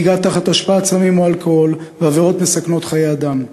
נהיגה תחת השפעת סמים או אלכוהול ועבירות מסכנות חיי אדם.